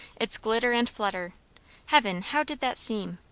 its glitter and flutter heaven how did that seem?